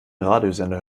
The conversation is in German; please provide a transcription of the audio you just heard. radiosender